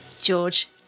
George